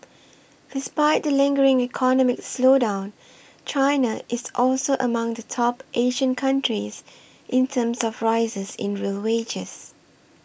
despite the lingering economic slowdown China is also among the top Asian countries in terms of rises in real wages